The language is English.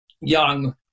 young